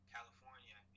California